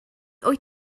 wyt